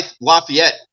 Lafayette